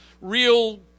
real